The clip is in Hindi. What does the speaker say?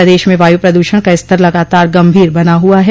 प्रदेश में वायु प्रदूषण का स्तर लगातार गंभीर बना हुआ है